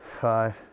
five